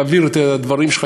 להעביר את הדברים שלך,